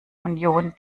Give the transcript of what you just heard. union